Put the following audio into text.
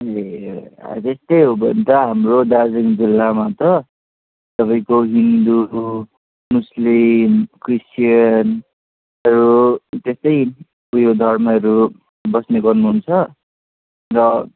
ए हजुर त्यही हो भने त हाम्रो दार्जिलिङ जिल्लामा त तपाईँको हिन्दू भयो मुस्लिम क्रिस्चियन यो जस्तै ऊ यो धर्महरू बस्ने गर्नुहुन्छ र